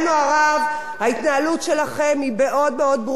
ההתנהלות שלכם היא מאוד מאוד ברורה ומגמתית,